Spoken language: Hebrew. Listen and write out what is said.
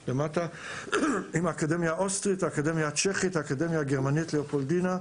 האקדמיה הצ'כית והאקדמיה הגרמנית לאופולדינה.